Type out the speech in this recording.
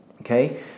okay